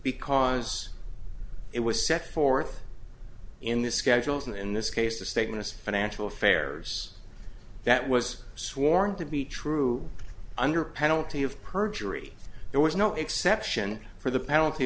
because it was set forth in the schedules and in this case the statement is financial affairs that was sworn to be true under penalty of perjury there was no exception for the penalty